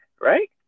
right